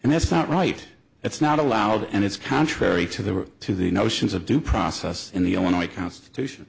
and that's not right it's not allowed and it's contrary to the to the notions of due process in the only constitution